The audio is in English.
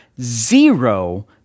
zero